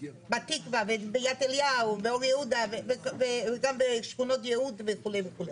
בתקווה וביד אליהו ובאור יהודה וגם בשכונות יהוד וכו' וכו'.